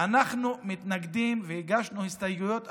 אנחנו מתנגדים והגשנו הסתייגויות,